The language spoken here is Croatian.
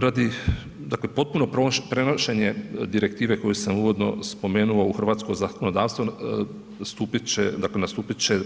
Radi, dakle potpuno prenošenje direktive koju sam uvodno spomenuo u hrvatsko zakonodavstvo stupit će, dakle nastupit će